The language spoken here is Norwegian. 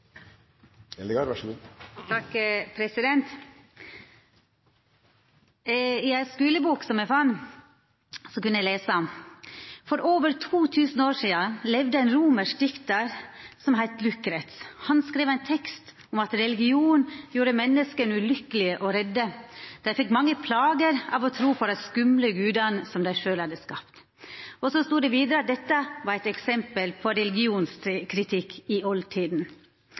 kunne eg lesa: «For over 2000 siden levde en romersk dikter som het Lukrets. Han skrev en tekst om at religion gjorde menneskene ulykkelige og redde. De fikk mange plager av å tro på de skumle gudene som de selv hadde skapt.» Det stod vidare: «Dette er et eksempel på religionskritikk i oldtiden.»